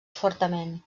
fortament